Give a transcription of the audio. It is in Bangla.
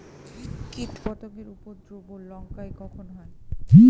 কীটপতেঙ্গর উপদ্রব লঙ্কায় কখন হয়?